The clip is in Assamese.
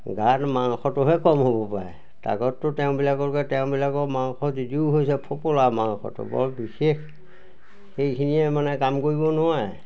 গাত মাংসটোহে কম হ'ব পাৰে তাকততো তেওঁবিলাককৈ তেওঁবিলাকৰ মাংস যদিও হৈছে ফুপুলা মাংসটো বৰ বিশেষ সেইখিনিয়ে মানে কাম কৰিব নোৱাৰে